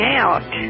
out